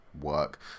work